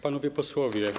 Panowie Posłowie!